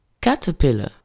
Caterpillar